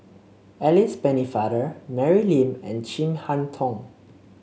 Alice Pennefather Mary Lim and Chin Harn Tong